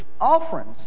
offerings